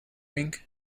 ring